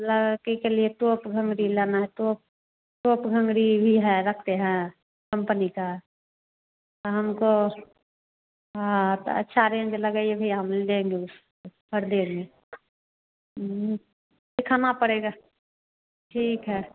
लड़की के लिए टोप घंघरी लेना है टोप घंघरी भी है रखते हैं कम्पनी का हमको हाँ तो अच्छा रेन्ज लगाइए भैया हम लेंगे उसको खरदेंगे दिखाना पड़ेगा ठीक है